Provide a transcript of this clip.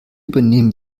übernehmen